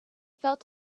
felt